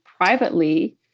privately